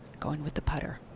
going with the putter.